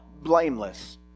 blameless